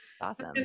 Awesome